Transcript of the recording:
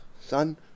son